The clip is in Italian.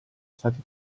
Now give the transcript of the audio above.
stati